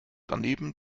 daneben